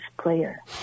player